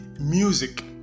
music